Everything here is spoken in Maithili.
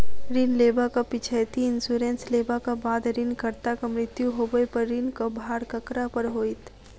ऋण लेबाक पिछैती इन्सुरेंस लेबाक बाद ऋणकर्ताक मृत्यु होबय पर ऋणक भार ककरा पर होइत?